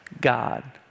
God